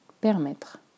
Permettre